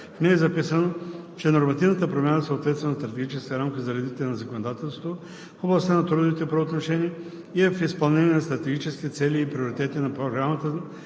В нея е записано, че нормативната промяна съответства на стратегическата рамка за развитие на законодателството в областта на трудовите правоотношения и е в изпълнение на стратегическите цели и приоритети на програмата